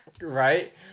right